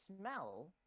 smell